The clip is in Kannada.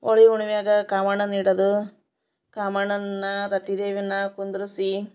ಹೋಳಿ ಹುಣ್ಮ್ಯಾಗೆ ಕಾಮಣ್ಣನ ಇಡೋದು ಕಾಮಣ್ಣನ್ನು ರತಿದೇವಿನು ಕುಂದ್ರಿಸಿ